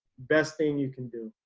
best thing you can do.